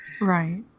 Right